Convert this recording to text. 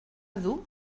dur